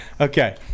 Okay